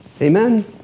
Amen